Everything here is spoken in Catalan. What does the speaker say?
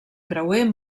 creuer